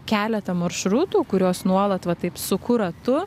keletą maršrutų kuriuos nuolat va taip suku ratu